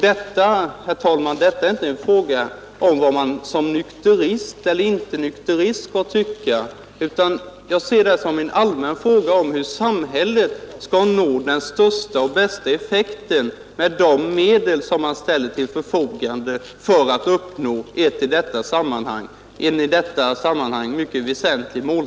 Detta är inte en fråga om vad man som nykterist eller som inte nykterist skall tycka, utan jag ser det som en allmän fråga om hur samhället skall få den största och bästa effekten av de medel som ställs till förfogande för att nå ett i detta sammanhang mycket väsentligt mål.